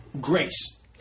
grace